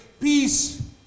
Peace